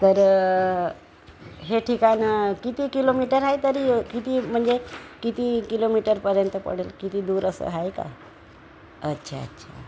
तर हे ठिकाण किती किलोमीटर आहे तरी किती म्हणजे किती किलोमीटरपर्यंत पडंल किती दूर असं आहे का अच्छा अच्छा